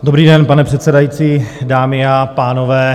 Dobrý den, pane předsedající dámy a pánové.